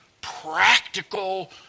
practical